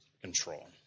control